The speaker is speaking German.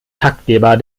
taktgeber